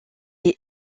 est